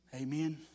Amen